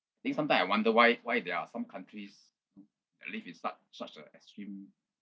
I think sometime I wonder why why there are some countries that live with such such a extreme